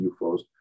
UFOs